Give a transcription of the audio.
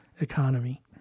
economy